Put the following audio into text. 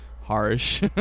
harsh